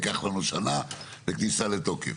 ייקח לנו שנה לכניסה לתוקף.